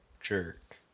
jerk